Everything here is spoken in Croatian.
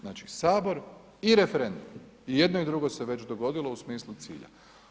Znači sabor i referendum i jedno i drugo se već dogodilo u smislu cilja.